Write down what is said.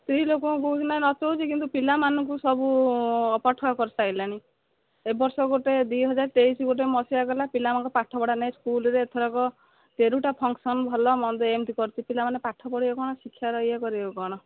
ସ୍ତ୍ରୀ ଲୋକଙ୍କୁ କହୁଛିନା ନଚାଉଛି ହେଲେ ପିଲାମାନଙ୍କୁ ସବୁ ଅପାଠୁଆ କରିସାଇଲାଣି ଏ ବର୍ଷ ଗୋଟେ ଦୁଇ ହଜାର ତେଇଶି ଗୋଟେ ମସିହା ଗଲା ପିଲାମାନଙ୍କର ପାଠ ପଢା ନାହିଁ ସ୍କୁଲ୍ରେ ଏଥରକ ତେରଟା ଫଂକସନ୍ ଭଲ ମନ୍ଦ ଏମିତି କରିଚି ପିଲାମାନେ ପାଠ ପଢ଼ିବେ କ'ଣ ଶିକ୍ଷାର ଇଏ କରିବେ କ'ଣ